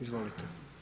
Izvolite.